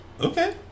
okay